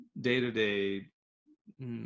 day-to-day